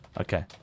Okay